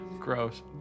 Gross